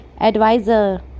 Advisor